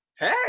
hey